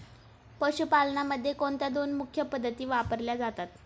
पशुपालनामध्ये कोणत्या दोन मुख्य पद्धती वापरल्या जातात?